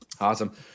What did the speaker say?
Awesome